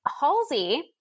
Halsey